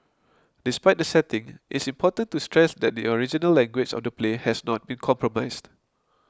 despite the setting it's important to stress that the original language of the play has not been compromised